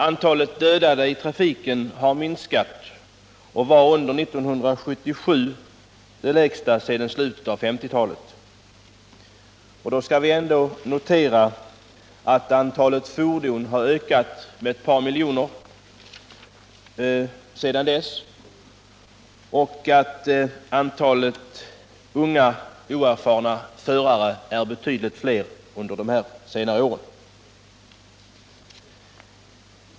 Antalet dödade i trafiken har minskat och var under 1977 det lägsta sedan slutet av 1950-talet. Då skall vi ändå notera att antalet fordon har ökat med ett par miljoner sedan dess och att antalet unga, oerfarna förare är betydligt större nu.